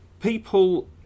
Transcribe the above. people